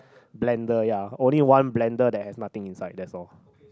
blender ya only one blender there have nothing inside that's all